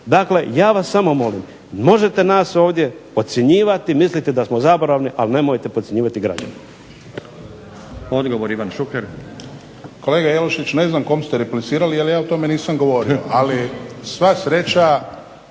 Dakle ja vas samo molim, možete nas ovdje podcjenjivati, misliti da smo zaboravni ali nemojte podcjenjivati građane.